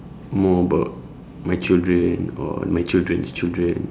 more about my children or my children's children